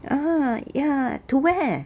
!huh! ya to where